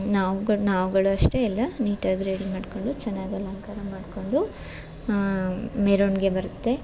ನಾವುಗಳು ನಾವುಗಳಷ್ಟೇ ಎಲ್ಲ ನೀಟಾಗಿ ರೆಡಿ ಮಾಡ್ಕೊಂಡು ಚೆನ್ನಾಗಿ ಅಲಂಕಾರ ಮಾಡಿಕೊಂಡು ಮೆರವಣ್ಗೆ ಬರುತ್ತೆ